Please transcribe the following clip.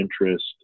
interest